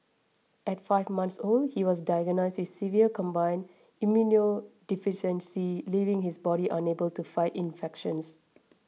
at five months old he was diagnosed severe combined immunodeficiency leaving his body unable to fight infections